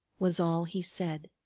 was all he said.